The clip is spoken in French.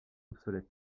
obsolètes